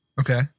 Okay